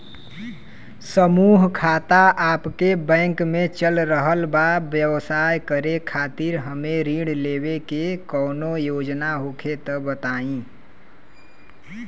समूह खाता आपके बैंक मे चल रहल बा ब्यवसाय करे खातिर हमे ऋण लेवे के कौनो योजना होखे त बताई?